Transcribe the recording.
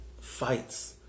fights